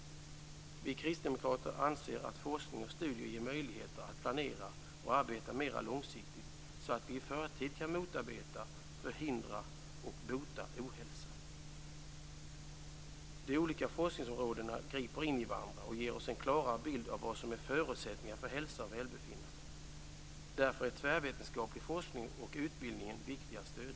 Vi kristdemokrater anser att forskning och studier ger möjligheter att planera och arbeta mer långsiktigt, så att vi i förtid kan motarbeta, förhindra och bota ohälsa. De olika forskningsområdena griper in i varandra och ger oss en klarare bild av vad som är förutsättningar för hälsa och välbefinnande. Därför är tvärvetenskaplig forskning och utbildning viktig att stödja.